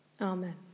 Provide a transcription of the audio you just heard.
Amen